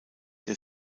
der